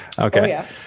okay